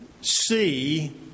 see